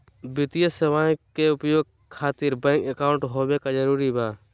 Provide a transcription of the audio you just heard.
वित्तीय सेवाएं के उपयोग खातिर बैंक अकाउंट होबे का जरूरी बा?